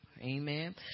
Amen